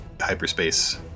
hyperspace